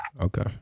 Okay